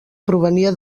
provenia